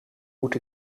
moet